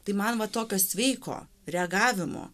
tai manoma tokio sveiko reagavimo